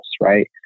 right